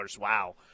Wow